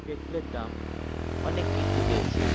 পেট্রোলের দাম অনেক বৃদ্ধি পেয়েছে